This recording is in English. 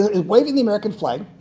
um waving the american flag,